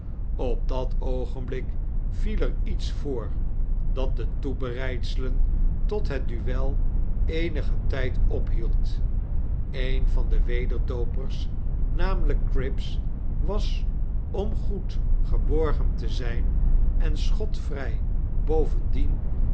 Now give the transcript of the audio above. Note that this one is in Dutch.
op dat oogenblik viel er iets voor dat de toebereidselen tot het duel eenigen tfjd ophield een van dewederdoopersnamelyk cripps was om goed geborgen te zyn en schotvrij bovendien